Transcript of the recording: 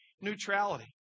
neutrality